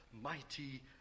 mighty